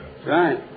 Right